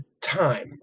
time